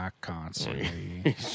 constantly